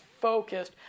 focused